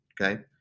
Okay